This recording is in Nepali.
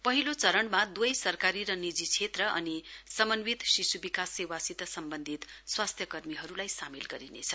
पहिलो चरणमा द्वै सरकारी र निजी क्षेत्र अनि समन्वित शिशु विकास सेवासित सम्बन्धित स्वास्थ्य कर्मीहरूलाई सामेल गरिनेछ